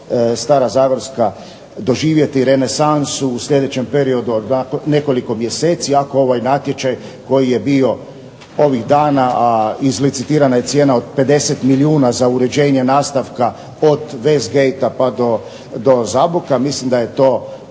Stara zagorska doživjeti renesansu u sljedećem periodu od nekoliko mjeseci ako ovaj natječaj koji je bio ovih dana, a izlicitirana je cijena od 50 milijuna za uređenje nastavka od Westgatea pa do Zaboka. Mislim da je to